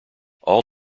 all